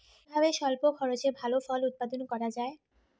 কিভাবে স্বল্প খরচে ভালো ফল উৎপাদন করা যায়?